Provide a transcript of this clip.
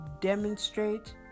demonstrate